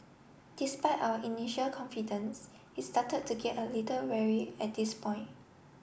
despite our initial confidence he started to get a little wary at this point